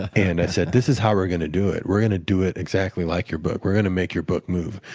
and i said, this is how we're going to do it. we're going to do it exactly like your book. we're going to make your book move.